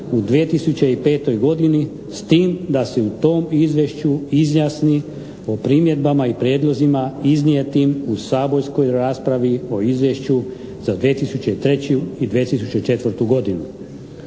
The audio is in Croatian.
u 2005. godini s tim da se u tom izvješću izjasni o primjedbama i prijedlozima iznijetim u saborskoj raspravi o Izvješću za 2003. i 2004. godinu.